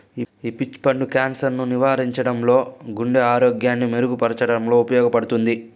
ఈ పీచ్ పండు క్యాన్సర్ ను నివారించడంలో, గుండె ఆరోగ్యాన్ని మెరుగు పరచడంలో ఉపయోగపడుతుంది